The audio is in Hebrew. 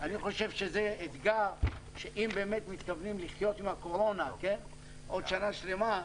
אני חושב שזה אתגר חשוב אם מתכוונים לחיות עם הקורונה עוד שנה שלמה.